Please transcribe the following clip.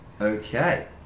Okay